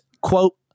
quote